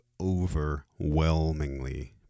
overwhelmingly